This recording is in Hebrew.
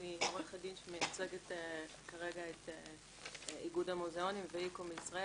שיש לי מגבלות היסטוריות.